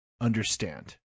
understand